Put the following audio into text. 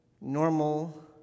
normal